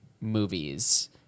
movies